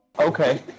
Okay